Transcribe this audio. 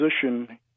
position